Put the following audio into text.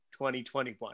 2021